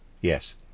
Yes